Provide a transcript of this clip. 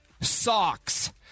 Socks